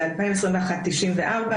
ב-2021 94 שאלות,